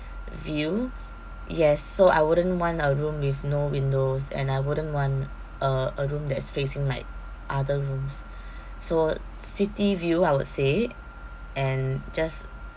view yes so I wouldn't want a room with no windows and I wouldn't want uh a room that's facing like other rooms so city view I would say and just